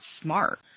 smart